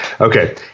Okay